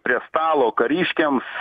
prie stalo kariškiams